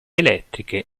elettriche